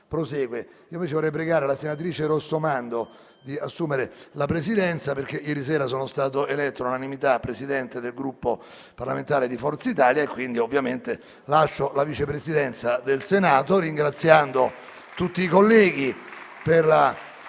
invece pregare la senatrice Rossomando di assumere la Presidenza, perché ieri sera sono stato eletto all'unanimità Presidente del Gruppo parlamentare di Forza Italia, quindi ovviamente lascio la Vice Presidenza del Senato, ringraziando tutti i colleghi